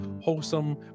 Wholesome